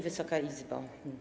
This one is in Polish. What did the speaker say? Wysoka Izbo!